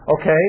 Okay